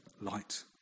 light